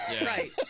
Right